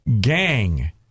gang